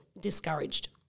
discouraged